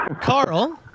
Carl